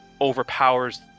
overpowers